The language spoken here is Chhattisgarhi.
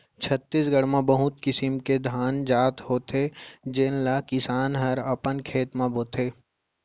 छत्तीसगढ़ म बहुत किसिम के धान के जात होथे जेन ल किसान हर अपन खेत म बोथे